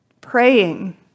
praying